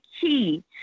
key